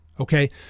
Okay